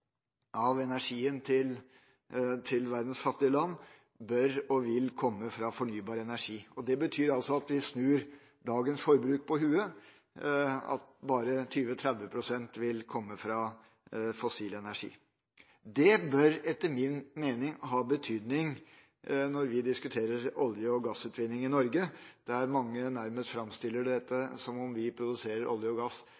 av energien til verdens fattige land bør og vil komme fra fornybar energi. Det betyr at vi snur dagens forbruk på hodet, og at bare 20–30 pst. vil komme fra fossil energi. Det bør etter min mening ha betydning når vi diskuterer olje- og gassutvinning i Norge, der mange nærmest framstiller